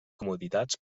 comoditats